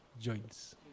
joints